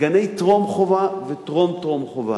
גני טרום-חובה וטרום-טרום חובה,